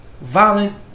violent